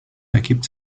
ergibt